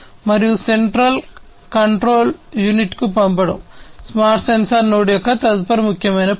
మరియు central control యూనిట్కు పంపడం స్మార్ట్ సెన్సార్ నోడ్ యొక్క తదుపరి ముఖ్యమైన పని